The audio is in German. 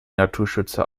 naturschützer